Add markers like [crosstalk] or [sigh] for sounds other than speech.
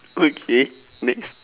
[noise] eh next